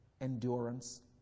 endurance